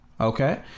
Okay